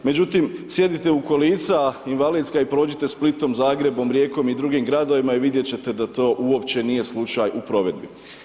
Međutim, sjedite u kolica invalidska i prođite Splitom, Zagrebom, Rijekom i drugim gradovima i vidjet ćete da to nije uopće slučaj u provedbi.